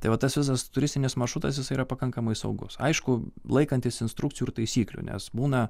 tai va tas visas turistinis maršrutas jisai yra pakankamai saugus aišku laikantis instrukcijų ir taisyklių nes būna